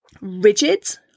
rigid